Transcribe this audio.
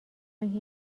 آنکه